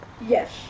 Yes